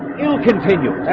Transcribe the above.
he'll continue